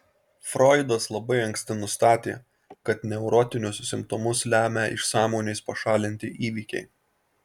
froidas labai anksti nustatė kad neurotinius simptomus lemia iš sąmonės pašalinti įvykiai